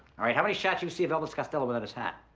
all right, how many shots you see of elvis costello without his hat?